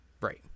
Right